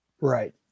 Right